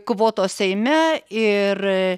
kvotos seime ir